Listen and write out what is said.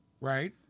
Right